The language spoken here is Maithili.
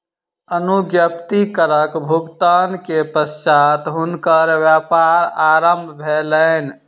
अनुज्ञप्ति करक भुगतान के पश्चात हुनकर व्यापार आरम्भ भेलैन